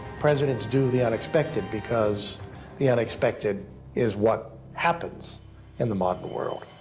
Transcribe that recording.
presidents do the unexpected because the unexpected is what happens in the modern world.